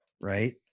Right